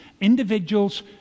individuals